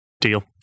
deal